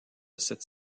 cette